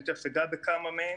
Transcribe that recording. אני תיכף אגע בכמה מהם,